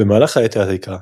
במהלך העת העתיקה,